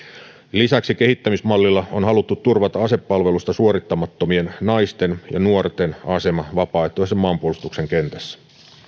lisäksi kehittämismallilla on haluttu turvata asepalvelusta suorittamattomien naisten ja nuorten asema vapaaehtoisen maanpuolustuksen kentässä